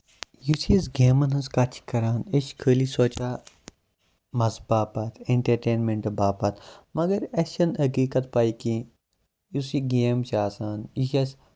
یِتھُے أسۍ گیمَن ہنٛز کَتھ چھِ کران أسۍ چھِ خٲلی سونٛچان مَزٕ باپَتھ اینٹرٹینمینٹ باپَتھ مَگر اَسہِ چھِنہٕ حٔقیٖقت پاے کِہیٖنۍ یُس یہِ گیم چھِ آسان یہِ چھِ اَسہِ